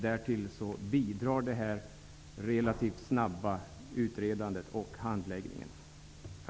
Därtill bidrar det relativt snabba utredandet och den snabba handläggningen. Tack.